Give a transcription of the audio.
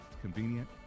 convenient